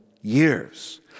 years